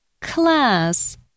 class